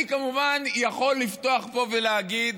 אני כמובן יכול לבטוח בו ולהגיד: